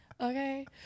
Okay